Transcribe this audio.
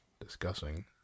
discussing